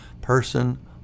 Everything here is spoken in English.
person